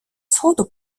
сходу